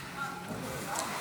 אדוני היושב-ראש,